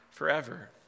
forever